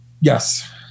Yes